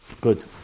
good